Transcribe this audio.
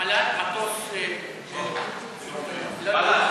מל"ט: מטוס, ללא טייס.